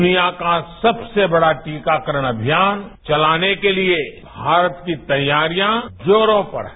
दुनिया का सबसे बड़ा टीकाकरण अनियान चलाने के लिए भारत की तैयारियां जोरों पर हैं